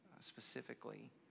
specifically